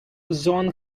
зон